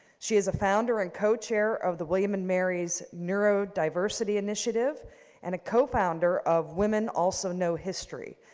she is a founder and co-chair of the william and mary's neurodiversity initiative and a co-founder of women also know history,